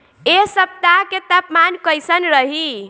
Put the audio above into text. एह सप्ताह के तापमान कईसन रही?